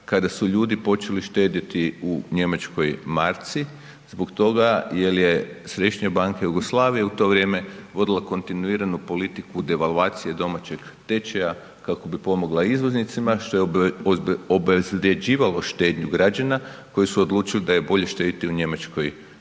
kada su ljudi počeli štedjeti u njemačkoj marci zbog toga jer je Središnja banka Jugoslavije u to vrijeme vodila kontinuiranu politiku devalvacije domaćeg tečaja kako bi pomogla izvoznicima što je obezvrjeđivalo štednju građana koji su odlučili da je bolje štedjeti njemačkoj marci.